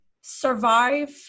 survive